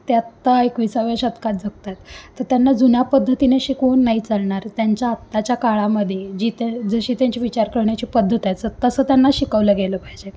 ते आता एकविसाव्या शतकात जगत आहेत तर त्यांना जुन्या पद्धतीने शिकवून नाही चालणार त्यांच्या आताच्या काळामध्ये जीत जशी त्यांची विचार करण्याची पद्धत आहे स तसं त्यांना शिकवलं गेलं पाहिजे